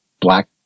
Black